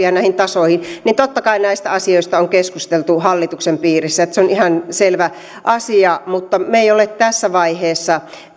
ja näistä tasoista totta kai näistä asioista on keskusteltu hallituksen piirissä se on ihan selvä asia mutta me emme ole tässä vaiheessa